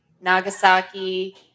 Nagasaki